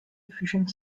efficient